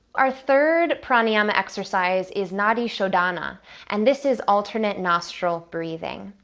our third pranayama exercise is nadi shodhana and this is alternate nostril breathing.